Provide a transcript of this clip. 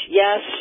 yes